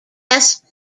best